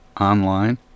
online